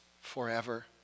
forever